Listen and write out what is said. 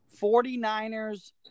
49ers